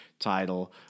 title